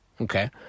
Okay